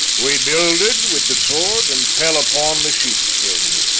we builded with the sword, and fell upon the sheep-skin.